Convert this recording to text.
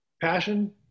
passion